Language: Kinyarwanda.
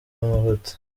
amavuta